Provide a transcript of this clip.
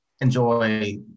enjoy